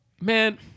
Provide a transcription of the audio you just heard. man